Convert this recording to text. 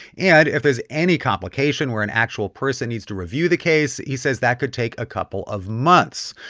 and if there's any complication where an actual person needs to review the case, he says that could take a couple of months.